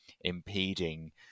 impeding